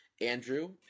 Andrew